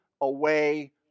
away